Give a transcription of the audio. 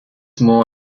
more